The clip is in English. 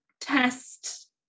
test